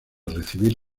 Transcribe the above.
recibir